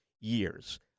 years